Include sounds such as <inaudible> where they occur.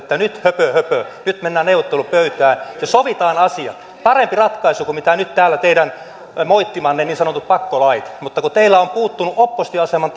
<unintelligible> että höpö höpö nyt mennään neuvottelupöytään ja sovitaan asiat parempi ratkaisu kuin nyt teidän täällä moittimanne niin sanotut pakkolait mutta teillä on puuttunut oppositioaseman <unintelligible>